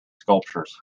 sculptures